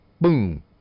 boom